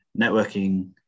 networking